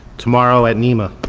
tomorrow at nyma,